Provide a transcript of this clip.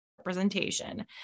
representation